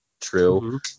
true